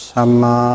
Sama